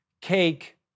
cake